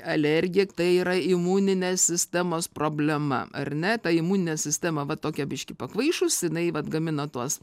alergija tai yra imuninės sistemos problema ar ne ta imuninė sistema va tokia biškį pakvaišusi jinai vat gamina tuos